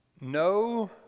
No